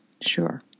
Sure